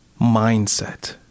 mindset